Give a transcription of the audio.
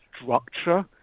structure